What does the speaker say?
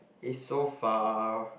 is so far